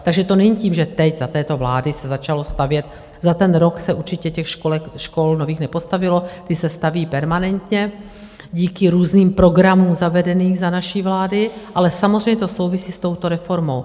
Takže to není tím, že teď za této vlády se začalo stavět, za ten rok se určitě těch nových školek, škol nepostavilo, ty se staví permanentně díky různým programům zavedeným za naší vlády, ale samozřejmě to souvisí s touto reformou.